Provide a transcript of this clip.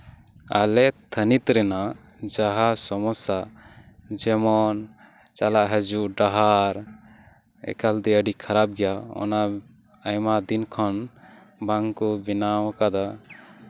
ᱟᱞᱮ ᱛᱷᱟᱹᱱᱤᱛ ᱨᱮᱭᱟᱜ ᱡᱟᱦᱟᱸ ᱥᱚᱢᱚᱥᱥᱟ ᱡᱮᱢᱚᱱ ᱪᱟᱞᱟᱜ ᱦᱤᱡᱩᱜ ᱰᱟᱦᱟᱨ ᱮᱠᱟᱞ ᱛᱮ ᱟᱹᱰᱤ ᱠᱷᱟᱨᱟᱯ ᱜᱮᱭᱟ ᱚᱱᱟ ᱟᱭᱢᱟ ᱫᱤᱱ ᱠᱷᱚᱱ ᱵᱟᱝ ᱠᱚ ᱵᱮᱱᱟᱣ ᱟᱠᱟᱫᱟ